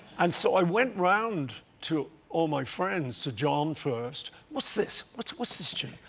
and, so, i went around to all my friends, to john first, what's this? what's what's this tune?